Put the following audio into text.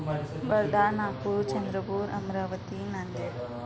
Wardha Nagpur Chandrapur Amravati Nanded